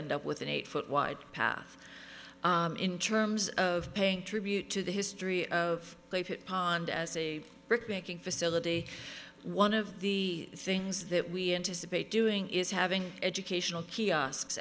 end up with an eight foot wide path in terms of paying tribute to the history of pond as a brick making facility one of the things that we anticipate doing is having educational kiosks